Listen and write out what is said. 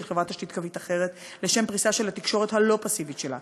חברת תשתית קווית אחרת לשם פריסה של התקשורת הלא-פסיבית שלה,